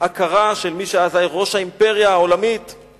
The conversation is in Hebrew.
הכרה של מי שהיה ראש האימפריה העולמית אז,